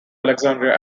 alexandria